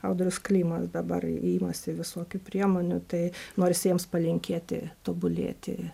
audrius klimas dabar imasi visokių priemonių tai norisi jiems palinkėti tobulėti